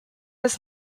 does